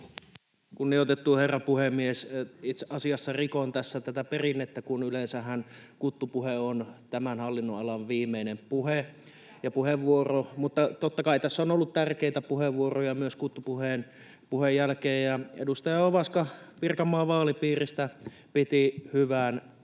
Kunnioitettu herra puhemies! Itse asiassa rikon tässä tätä perinnettä, kun yleensähän kuttupuhe on tämän hallinnonalan viimeinen puhe ja puheenvuoro, mutta totta kai tässä on ollut tärkeitä puheenvuoroja myös kuttupuheen jälkeen. Edustaja Ovaska Pirkanmaan vaalipiiristä piti hyvän, ajan